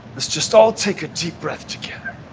let's just all take a deep breath together